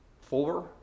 four